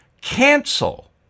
cancel